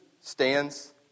stands